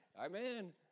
Amen